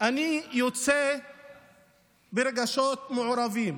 אני יוצא ברגשות מעורבים